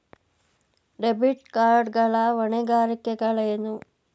Debit card ಗಳ ಹೊಣೆಗಾರಿಕೆಗಳೇನು?